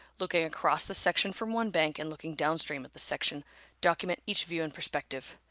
looking across the section from one bank and looking downstream at the section document each view and perspective.